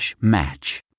match